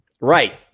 right